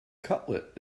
cutlet